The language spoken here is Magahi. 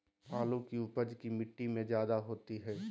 आलु की उपज की मिट्टी में जायदा होती है?